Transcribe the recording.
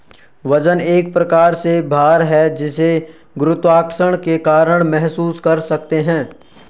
वजन एक प्रकार से भार है जिसे गुरुत्वाकर्षण के कारण महसूस कर सकते है